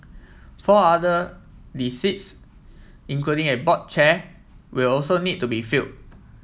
four other the seats including a board chair will also need to be filled